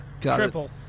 Triple